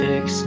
Fix